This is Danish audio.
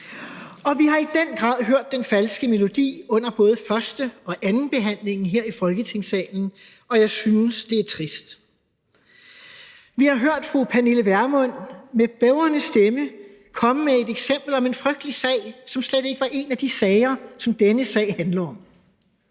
Vi har i den grad hørt den falske melodi under både første- og andenbehandlingen her i Folketingssalen, og jeg synes, det er trist. Vi har hørt fru Pernille Vermund med bævende stemme komme med et eksempel om en frygtelig sag, som slet ikke er en af de sager, som denne sag handler om.